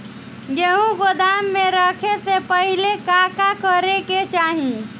गेहु गोदाम मे रखे से पहिले का का करे के चाही?